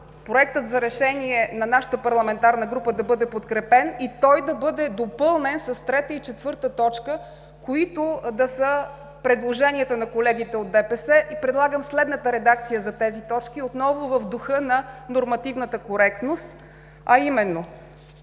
Проектът за решение на нашата парламентарна група да бъде подкрепен и да бъде допълнен с т. 3 и т. 4 – предложенията на колегите от ДПС. Предлагам следната редакция за тези точки отново в духа на нормативната коректност: „В срок